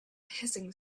hissing